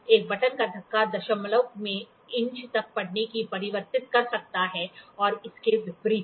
एक बटन का धक्का दशमलव से इंच तक पढ़ने को परिवर्तित कर सकता है और इसके विपरीत